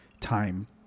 time